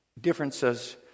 differences